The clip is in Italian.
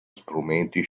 strumenti